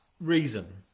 reason